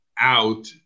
out